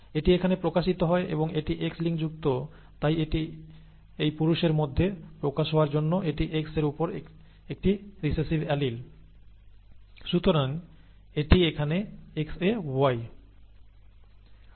এটি এখানে প্রকাশিত হয় এবং এটি X লিঙ্কযুক্ত তাই এটি এই পুরুষের মধ্যে প্রকাশ হওয়ার জন্য এটি X উপর একটি রিসেসিভ অ্যালিল সুতরাং এটি এখানে XaY